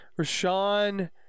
Rashawn